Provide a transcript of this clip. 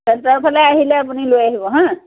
চেণ্টাৰৰ ফালে আহিলে আপুনি লৈ আহিব হাঁ